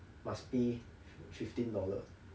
must pay fifteen dollar